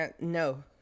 no